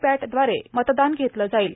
पप्ट दवारे मतदान घेतलं जाईल